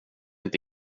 inte